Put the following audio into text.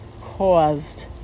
caused